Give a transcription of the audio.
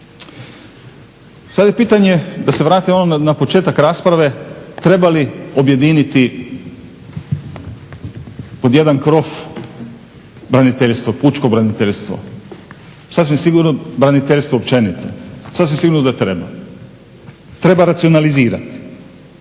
Sada je pitanje da se vratim na početak rasprave, treba li objediniti pod jedan krov pučko braniteljstvo, braniteljstvo općenito? Sasvim sigurno da treba. Treba racionalizirati,